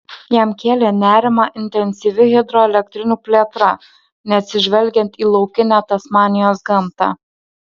jam kėlė nerimą intensyvi hidroelektrinių plėtra neatsižvelgiant į laukinę tasmanijos gamtą